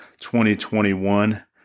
2021